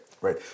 Right